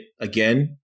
again